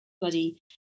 bloody